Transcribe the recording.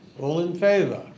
all in favor?